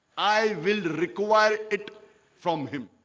i will require it from him